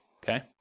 Okay